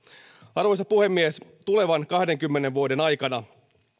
arvoisa puhemies tulevan kahdenkymmenen vuoden aikana